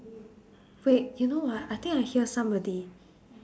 wait you know what I think I hear somebody